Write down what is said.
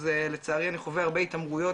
אז לצערי אני חווה הרבה התעמרויות,